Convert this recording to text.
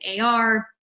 AR